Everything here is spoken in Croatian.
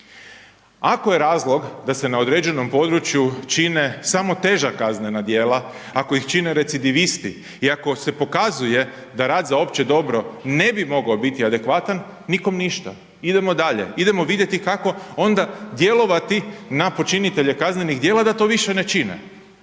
Ako je razlog da se na određenom području čine samo teža kaznena djela, ako ih čine recidivisti i ako se pokazuje da rad za opće dobro ne bi mogao biti adekvatan, nikom ništa, idemo dalje, idemo vidjeti kako onda djelovati na počinitelje kaznenih djela da to više ne čine.